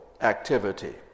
activity